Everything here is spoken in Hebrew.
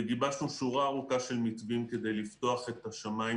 וגיבשנו שורה ארוכה של מתווים כדי לפתוח את השמיים